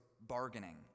bargaining